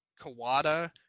Kawada